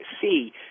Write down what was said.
see